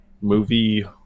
movie